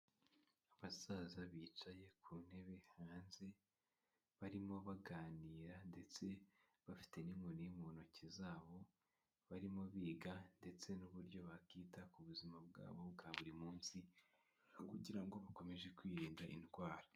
Abasaza bicaye ku ntebe hanze, barimo baganira ndetse bafite n'inkoni mu ntoki zabo, barimo biga ndetse n'uburyo bakita ku buzima bwabo bwa buri munsi, kugira ngo bakomeze kwirinda indwara.